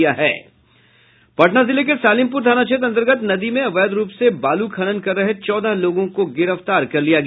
पटना जिले के सालिमपुर थाना क्षेत्र अन्तर्गत नदी में अवैध रूप से बालू खनन कर रहे चौदह लोगों को गिरफ्तार किया गया